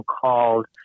called